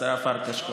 השרה פרקש הכהן.